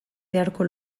beharko